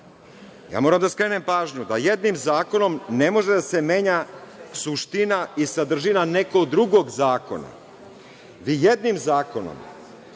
Moram da skrenem pažnju da jednim zakonom ne može da se menja suština i sadržina nekog drugog zakona. Vi jednim zakonom